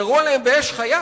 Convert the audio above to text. ירו עליהם באש חיה,